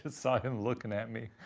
just saw him looking at me.